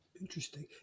Interesting